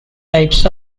types